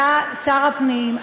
אתה שר הפנים,